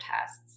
tests